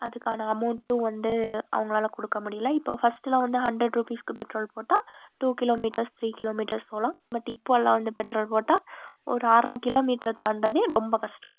அதுக்கான அமௌண்ட்டும் வந்து அவங்களால கொடுக்க முடியலை இப்போ ஃபஸ்ட்டெலாம் வந்து ஹண்ட்ரேட் ருப்பீஸ்க்கு பெட்ரோல் போட்டால் டூ கிலோமீட்டர்ஸ் த்ரீ கிலோமீட்டர்ஸ் போகலாம் பட் இப்போவெலாம் வந்து பெட்ரோல் போட்டால் ஒரு அரை கிலோமீட்ரை தாண்டுவதே ரொம்ப கஷ்டம்